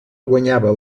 guanyava